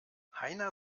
heiner